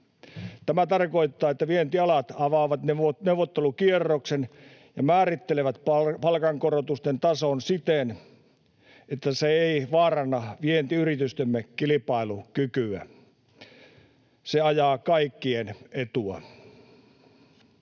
Tämä tarkoittaa, että vientialat avaavat neuvottelukierroksen ja määrittelevät palkankorotusten tason siten, että se ei vaaranna vientiyritystemme kilpailukykyä. Se ajaa kaikkien etua,